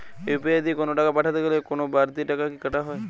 UPI দিয়ে কোন টাকা পাঠাতে গেলে কোন বারতি টাকা কি কাটা হয়?